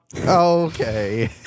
Okay